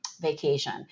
vacation